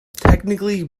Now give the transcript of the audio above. technically